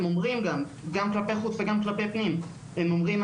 גם כלפי חוץ וגם כלפי פנים הם אומרים,